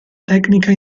tecnica